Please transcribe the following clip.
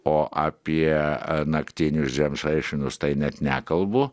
o apie naktinius žemšaišinus tai net nekalbu